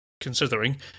considering